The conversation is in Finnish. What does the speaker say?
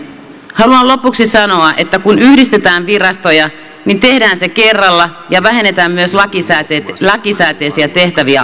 haluan lopuksi sanoa että kun yhdistetään virastoja tehdään se kerralla ja vähennetään myös lakisääteisiä tehtäviä aidosti